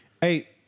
Hey